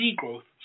growth